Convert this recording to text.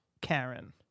Karen